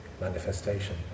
manifestation